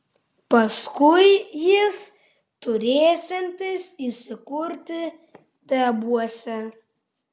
paskui jis turėsiantis įsikurti tebuose